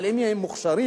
אם הם מוכשרים,